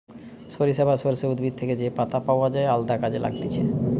সরিষা বা সর্ষে উদ্ভিদ থেকে যে পাতা পাওয় যায় আলদা কাজে লাগতিছে